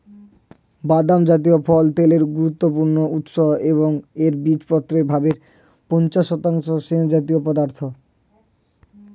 বাদাম জাতীয় ফল তেলের গুরুত্বপূর্ণ উৎস এবং এর বীজপত্রের ভরের পঞ্চাশ শতাংশ স্নেহজাতীয় পদার্থ